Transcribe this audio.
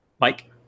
Mike